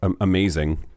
amazing